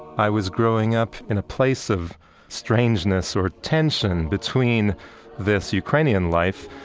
i was growing up in a place of strangeness or tension between this ukrainian life.